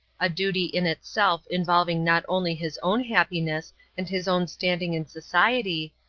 a duty in itself involving not only his own happiness and his own standing in society,